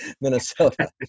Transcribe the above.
Minnesota